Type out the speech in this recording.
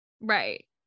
Right